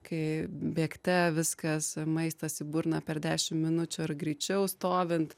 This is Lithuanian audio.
kai bėgte viskas maistas į burną per dešim minučių ar greičiau stovint